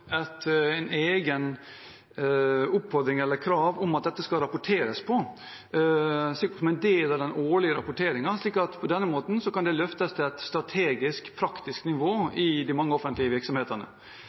en oppfordring om at det skal rapporteres på dette som en del av den årlige rapporteringen. På den måten kan det løftes til et strategisk, praktisk nivå